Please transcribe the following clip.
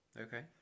Okay